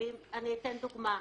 אני אתן דוגמה,